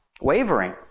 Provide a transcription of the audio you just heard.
wavering